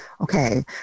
Okay